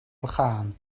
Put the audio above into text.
begaan